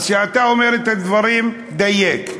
אז כשאתה אומר את הדברים, דייק.